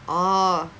orh